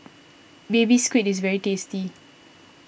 Baby Squid is very tasty